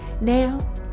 Now